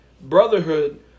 Brotherhood